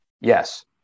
Yes